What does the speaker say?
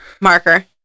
Marker